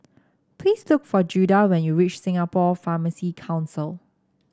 please look for Judah when you reach Singapore Pharmacy Council